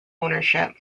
ownership